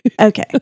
Okay